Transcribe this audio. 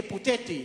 היפותטי,